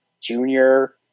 junior